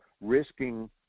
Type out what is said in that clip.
risking